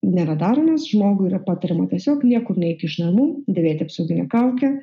nėra daromas žmogui yra patariama tiesiog niekur neik iš namų dėvėti apsauginę kaukę